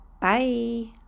Bye